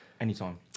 Anytime